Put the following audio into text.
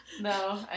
No